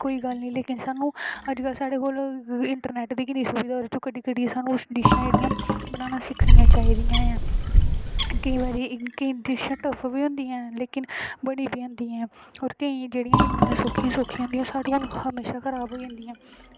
कोई गल्ल निं स्हानू लेकिन अज्जकल साढ़े इंटरनेट दी फेस्लिटी बी ऐ ओह् डिशां जेह्ड़ियां बनाना सिक्खनियां चाही दियां ऐ किश डिशां टफ बी होंदियां पर किश बनी बी जंदियां ते जादैतर हमेशा खराब होई जंदियां